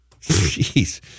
Jeez